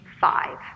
five